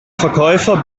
verkäufer